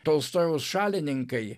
tolstojaus šalininkai